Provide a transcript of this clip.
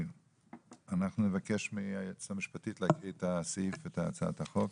אנחנו נבקש מהיועצת המשפטית להקריא את הצעת החוק.